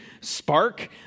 spark